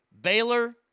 Baylor